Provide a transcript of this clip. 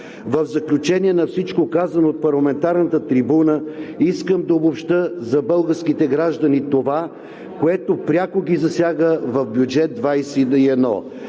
В заключение на всичко, казано от парламентарната трибуна, искам да обобщя за българските граждани това, което пряко ги засяга в бюджет 2021,